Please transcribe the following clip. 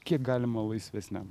kiek galima laisvesniam